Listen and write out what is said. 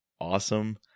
awesome